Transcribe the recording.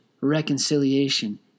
reconciliation